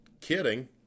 kidding